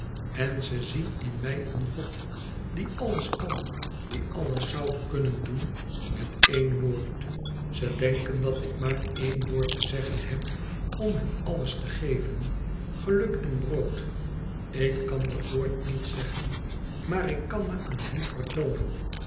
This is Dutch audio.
en ze zien in mij een god die alles kan die alles zoû kunnen doen met één woord ze denken dat ik maar één woord te zeggen heb om hun alles te geven geluk en brood ik kan dat woord niet zeggen maar ik kan me aan hen vertoonen